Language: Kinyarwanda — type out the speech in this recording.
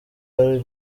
ari